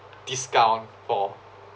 discount for